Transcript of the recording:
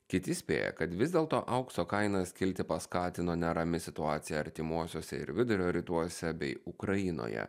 kiti spėja kad vis dėlto aukso kainas kilti paskatino nerami situacija artimuosiuose ir vidurio rytuose bei ukrainoje